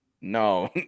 No